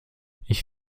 ich